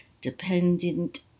dependent